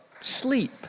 sleep